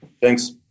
Thanks